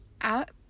out